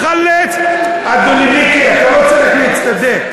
אדון מיקי, אתה לא צריך להצטדק.